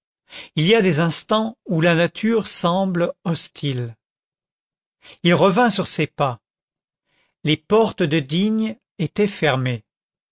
il y a des instants où la nature semble hostile il revint sur ses pas les portes de digne étaient fermées